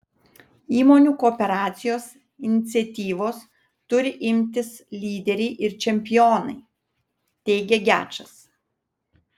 įmonių kooperacijos iniciatyvos turi imtis lyderiai ir čempionai teigia gečas